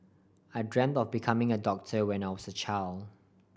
I dreamt of becoming a doctor when I was a child